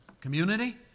community